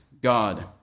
God